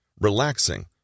relaxing